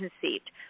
conceived